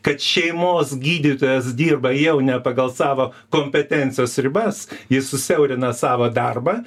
kad šeimos gydytojas dirba jau ne pagal savo kompetencijos ribas jis susiaurina savo darbą